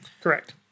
correct